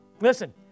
Listen